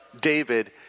David